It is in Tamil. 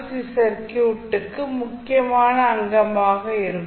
சி சர்க்யூட்டுக்கு முக்கியமான அங்கமாக இருக்கும்